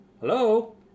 hello